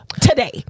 today